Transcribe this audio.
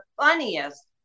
funniest